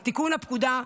על תיקון הפקודה,